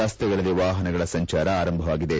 ರಸ್ತೆಗಳಲ್ಲಿ ವಾಪನಗಳ ಸಂಚಾರ ಆರಂಭವಾಗಿದೆ